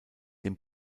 dem